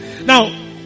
Now